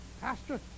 pastor